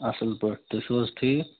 اَصٕل پٲٹھۍ تُہۍ چھِو حظ ٹھیٖک